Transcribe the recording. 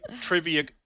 trivia